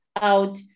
out